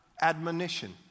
admonition